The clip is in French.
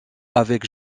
avec